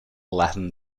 latin